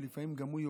ולפעמים גם הוא יורד.